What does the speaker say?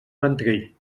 ventrell